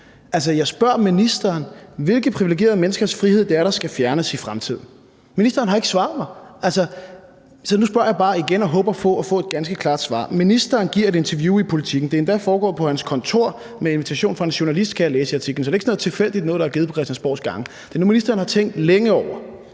jeg spørger ministeren: Hvilke privilegerede menneskers frihed er det, der skal fjernes i fremtiden? Ministeren har ikke svaret mig. Så nu spørger jeg bare igen og håber på at få et ganske klart svar: Ministeren giver et interview i Politiken. Det er endda foregået på hans kontor med invitation fra en journalist, kan jeg læse i artiklen. Så det er ikke sådan noget tilfældigt noget, der er givet på en af Christiansborg gange. Det er noget, ministeren har tænkt længe over.